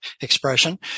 expression